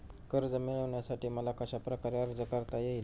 कर्ज मिळविण्यासाठी मला कशाप्रकारे अर्ज करता येईल?